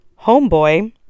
Homeboy